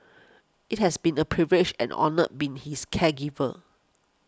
it has been a privilege and honour being his caregiver